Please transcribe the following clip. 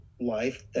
life